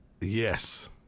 Yes